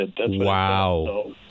Wow